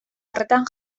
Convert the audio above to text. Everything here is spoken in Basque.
horretan